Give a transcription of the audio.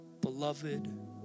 beloved